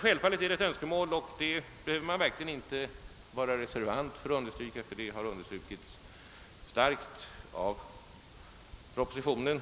Självfallet är det ett önskemål — det behöver man icke vara reservant för att understryka och det har också understrukits starkt i propositionen